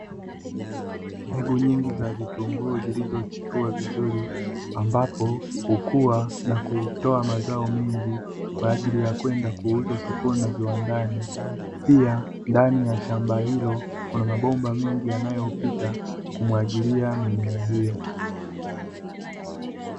Mbegu nyingi za vitunguu zilizochipua vizuri, ambapo hukua na kutoa mazao mengi kwa ajili ya kwenda kuuzwa sokoni na viwandani, pia ndani ya shamba hilo kuna mabomba mengi yanayopita kumwagilia mimea hiyo.